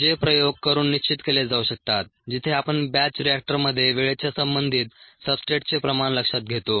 जे प्रयोग करून निश्चित केले जाऊ शकतात जिथे आपण बॅच रिएक्टरमध्ये वेळेच्या संबंधित सब्सट्रेटचे प्रमाण लक्षात घेतो